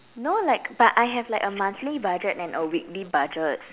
no like but I have like a monthly budget and a weekly budget